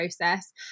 process